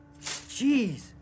Jeez